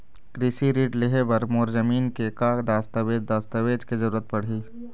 कृषि ऋण लेहे बर मोर जमीन के का दस्तावेज दस्तावेज के जरूरत पड़ही?